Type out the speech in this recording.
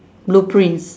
blueprints